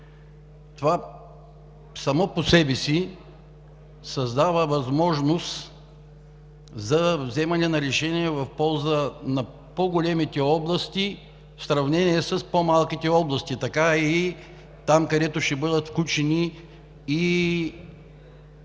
Това само по себе си създава възможност за вземане на решения в полза на по-големите области в сравнение с по-малките области. Така е и там, където ще бъдат включени и